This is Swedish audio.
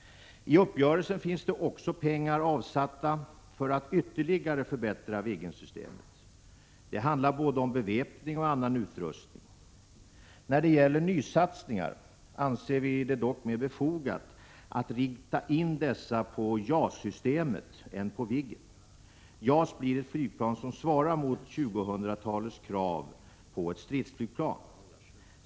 I uppgörelsen finns också pengar avsatta för att ytterligare förbättra Viggen — Prot. 1986/87:58 systemet. Det handlar om både beväpning och annan utrustning. När det — 22 januari 1987 gäller nysatsningar är det dock mer befogat att rikta in dessa på JAS-systemet än på Viggen. JAS blir ett flygplan som svarar mot 2000-talets krav på stridsflygplan.